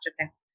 attempt